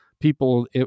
People